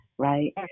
Right